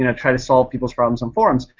and try to solve people's problems in forums.